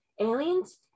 aliens